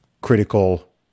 critical